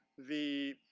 the